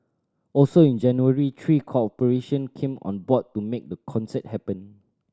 also in January three corporation came on board to make the concert happen